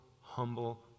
humble